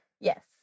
Yes